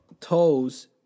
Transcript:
toes